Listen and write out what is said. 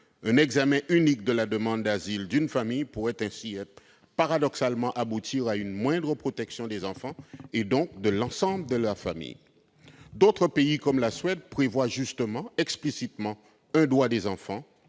Un examen unique de la demande d'asile d'une famille pourrait ainsi paradoxalement aboutir à une moindre protection des enfants, donc de l'ensemble de leur famille. D'autres pays, comme la Suède, prévoient justement explicitement un droit des enfants